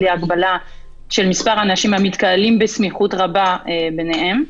בלי הגבלה של מספר האנשים המתקהלים בסמיכות רבה ביניהם.